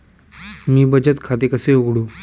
मी बचत खाते कसे उघडू?